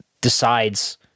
decides